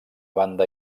banda